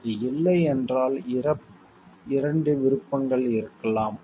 அது இல்லை என்றால் 2 விருப்பங்கள் இருக்கலாம்